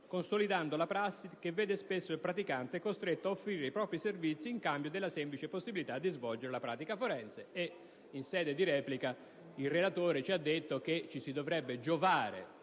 consolidando la prassi che vede spesso il praticante costretto ad offrire i propri servizi in cambio della semplice possibilità di svolgere la pratica forense. In sede di replica il relatore ci ha detto che ci si dovrebbe giovare